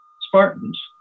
Spartans